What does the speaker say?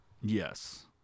Yes